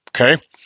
Okay